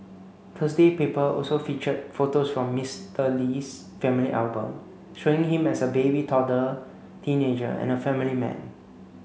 Thursday paper also featured photos from Mister Lee's family album showing him as a baby toddler teenager and a family man